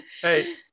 hey